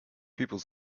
people